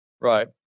right